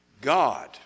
God